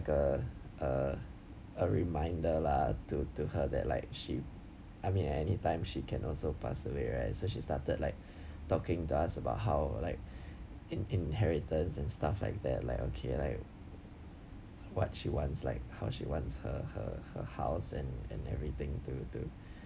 a a a reminder lah to to her that like she I mean at anytime she can also pass away right so she started like talking to us about how like in inheritance and stuff like that like okay like what she wants like how she wants her her her house and and everything to to